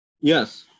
Yes